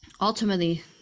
ultimately